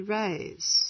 raise